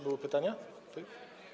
Były pytania, tak?